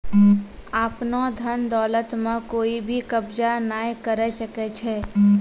आपनो धन दौलत म कोइ भी कब्ज़ा नाय करै सकै छै